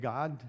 God